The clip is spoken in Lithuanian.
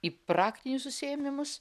į praktinius užsiėmimus